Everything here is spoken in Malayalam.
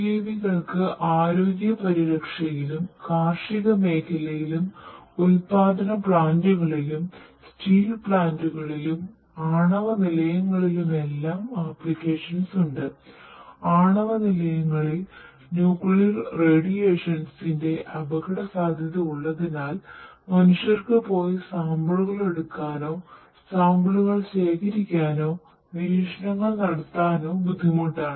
UAV കൾക്ക് ആരോഗ്യ പരിരക്ഷയിലും കാർഷിക മേഖലയിലും ഉൽപാദന പ്ലാന്റുകളിലും സ്റ്റീൽ പ്ലാന്റുകളിലും ആണവ നിലയങ്ങളിലും എല്ലാം അപ്ലിക്കേഷൻസ് അപകടസാധ്യത ഉള്ളതിനാൽ മനുഷ്യർക്ക് പോയി സാമ്പിളുകൾ എടുക്കാനോ സാമ്പിളുകൾ ശേഖരിക്കാനോ നിരീക്ഷണങ്ങൾ നടത്താനോ ബുദ്ധിമുട്ടാണ്